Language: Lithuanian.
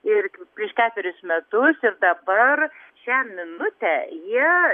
ir prieš ketverius metus ir dabar šią minutę jie